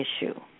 issue